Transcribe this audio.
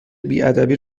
بیادبی